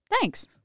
Thanks